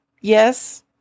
yes